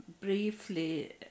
briefly